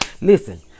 Listen